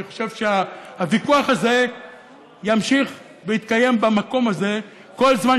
אני חושב שהוויכוח הזה ימשיך להתקיים במקום הזה כל זמן